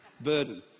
burden